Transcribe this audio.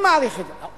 מי מעריך את זה?